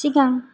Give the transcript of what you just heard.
सिगां